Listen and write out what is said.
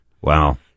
Wow